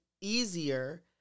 easier